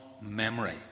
memory